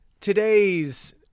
today's